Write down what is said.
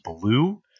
Blue